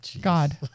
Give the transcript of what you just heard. God